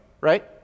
right